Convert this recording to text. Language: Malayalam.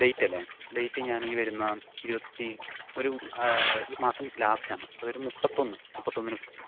ഡേറ്റ് അല്ലേ ഡേറ്റ് ഞാൻ ഈ വരുന്ന ഇരുപത്തി ഒരു ഈ മാസം ലാസ്റ്റാണ് അത് ഒരു മുപ്പത്തൊന്ന് മുപ്പത്തൊന്നിന് ഫിക്സ് ചെയ്യാം